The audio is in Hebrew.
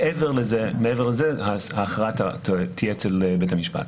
מעבר לזה, ההכרעה תהיה אצל בית המשפט.